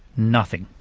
nothing,